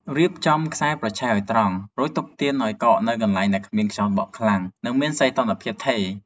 រៀបចំខ្សែប្រឆេះឱ្យត្រង់ រួចទុកទៀនឱ្យកកនៅកន្លែងដែលគ្មានខ្យល់បក់ខ្លាំង និងមានសីតុណ្ហភាពថេរ។